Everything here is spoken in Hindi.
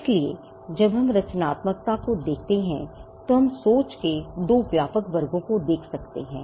इसलिए जब हम रचनात्मकता को देखते हैं तो हम सोच के 2 व्यापक वर्गों को देख सकते हैं